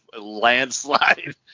landslide